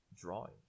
drawing